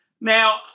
Now